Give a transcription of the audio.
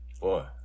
Boy